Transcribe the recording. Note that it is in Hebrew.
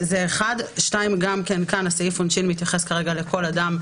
גם כאן סעיף העונשין מתייחס כרגע לכל אדם,